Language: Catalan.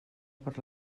per